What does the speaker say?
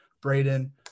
Braden